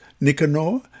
Nicanor